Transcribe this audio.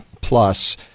plus